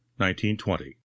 1920